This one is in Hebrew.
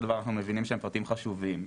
דבר אנחנו מבינים שהם פרטים חשובים.